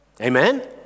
Amen